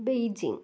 Beijing